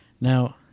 Now